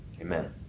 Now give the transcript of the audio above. amen